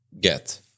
get